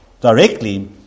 directly